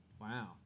Wow